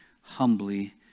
humbly